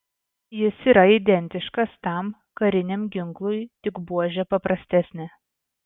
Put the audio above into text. jis yra identiškas tam kariniam ginklui tik buožė paprastesnė